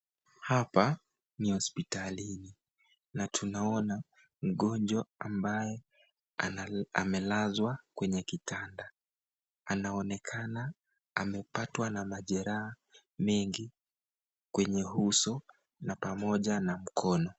Hapa ni hospitalini na tunaona mgonjwa ambaye amelazwa kwenye kitanda. Anaonekana amepatwa na majeraha mengi kwenye uso na pamoja na mkono.